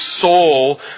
soul